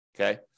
Okay